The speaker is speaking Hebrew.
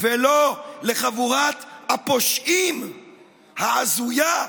ולא לחבורת הפושעים ההזויה,